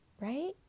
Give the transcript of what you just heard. right